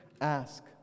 ask